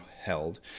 held